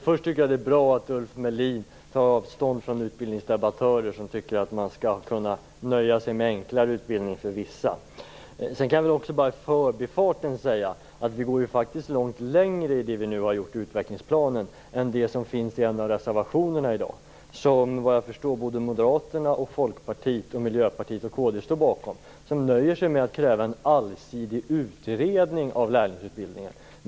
Fru talman! Det är bra att Ulf Melin tar avstånd från utbildningsdebattörer som tycker att man skall kunna nöja sig med enklare utbildningar för vissa elever. Vi går ju faktiskt i utvecklingsplanen längre än det förslag som finns i en av reservationerna till betänkandet, en reservation som vad jag förstår såväl Moderaterna och Folkpartiet som Miljöpartiet och Kristdemokraterna står bakom. De nöjer sig med att kräva en allsidig utredning av lärlingsutbildningen.